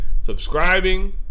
subscribing